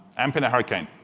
amp in a hurricane.